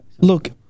Look